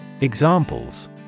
Examples